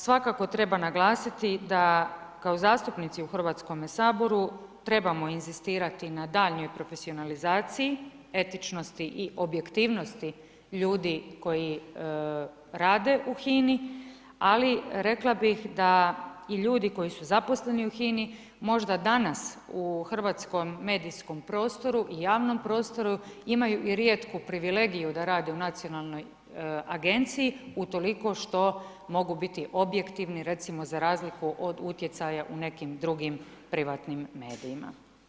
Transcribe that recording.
Svakako treba naglasiti da kao zastupnici u Hrvatskome saboru, trebamo inzistirati na daljnjoj profesionalizaciji, etičnosti i objektivnosti ljudi koji rade u HINA-i, ali rekla bih da i ljudi koji su zaposleni u HINA-i, možda danas, u hrvatskom medijskom prostoru i javnom prostoru, imaju i rijetku privilegiju da rade u nacionalnoj agenciji, utoliko što mogu biti objektivni recimo za razliku od utjecaja u nekim drugim privatnim medijima.